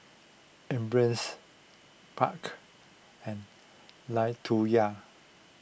Ambers Buck and Latoya